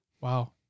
Wow